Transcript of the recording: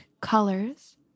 colors